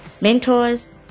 mentors